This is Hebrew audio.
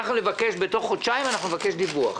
בתוך חודשיים נבקש דיווח.